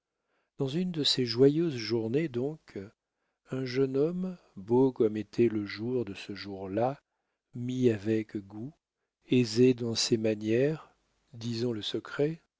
dans une de ces joyeuses journées donc un jeune homme beau comme était le jour de ce jour-là mis avec goût aisé dans ses manières disons le secret